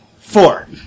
four